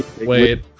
wait